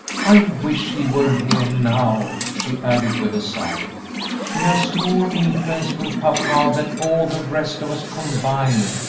i wish he were here now, she added, with a sigh he has more influence with papa than all the rest of us combined,